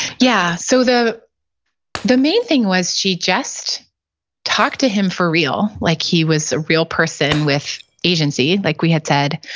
yeah. so the the main thing was she just talked to him for real, like he was a real person with agency, like we had said,